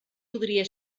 podia